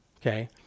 okay